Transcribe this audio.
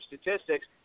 statistics